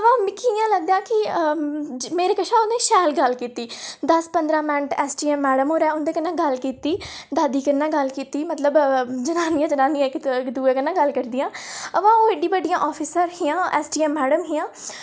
पर मिगी इ'यां लगदा कि मेरे शा उ'नें शैल गल्ल कीती दस्स पंदरां मिंट मैडम होरें उं'दे कन्नै गल्ल कीती दादी कन्नै गल्ल कीती मतलब जनानियां जनानियां इक दुऐ कन्नै गल्ल करदियां पर ओह् एड्डी बड्डियां आफॅिसर हियां जि'यां मैडम हियां